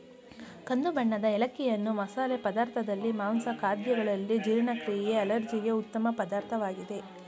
ಕಂದು ಬಣ್ಣದ ಏಲಕ್ಕಿಯನ್ನು ಮಸಾಲೆ ಪದಾರ್ಥದಲ್ಲಿ, ಮಾಂಸ ಖಾದ್ಯಗಳಲ್ಲಿ, ಜೀರ್ಣಕ್ರಿಯೆ ಅಲರ್ಜಿಗೆ ಉತ್ತಮ ಪದಾರ್ಥವಾಗಿದೆ